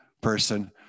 person